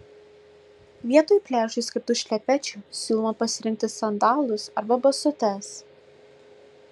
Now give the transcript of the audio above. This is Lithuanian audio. vietoj pliažui skirtų šlepečių siūloma pasirinkti sandalus arba basutes